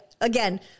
Again